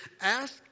Ask